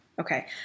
Okay